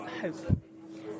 hope